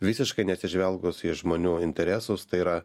visiškai neatsižvelgus į žmonių interesus tai yra